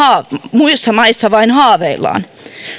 muissa maissa vain haaveillaan